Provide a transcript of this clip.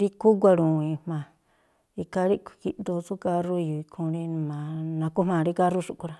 rí khuguaru̱wi̱i̱n jma̱a. Ikhaa ríꞌkhui̱ gíꞌdoo tsú kárrú e̱yo̱o̱ ikhúún rí nakojmaa̱ rí kárrú xúꞌkhui̱ rá.